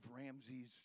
Ramsey's